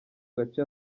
gace